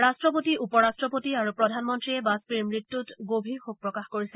ৰাট্টপতি উপ ৰাট্টপতি আৰু প্ৰধানমন্নীয়ে বাজপেয়ীৰ মৃত্যুৰ গভীৰ শোক প্ৰকাশ কৰিছে